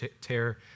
tear